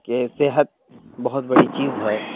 کہ صحت بہت بڑی چیز ہے